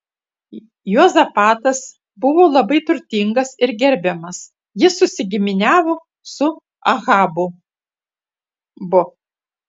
juozapatas buvo labai turtingas ir gerbiamas jis susigiminiavo su ahabu